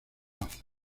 raza